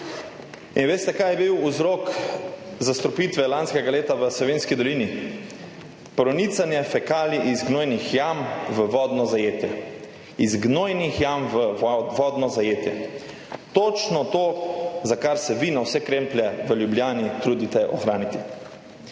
In veste, kaj je bil vzrok zastrupitve lanskega leta v Savinjski dolini? Pronicanje fekalij iz gnojnih jam v vodno zajetje. Iz gnojnih jam v vodno zajetje. Točno to, za kar se vi na vse kremplje v Ljubljani trudite ohraniti.